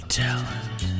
talent